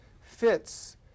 fits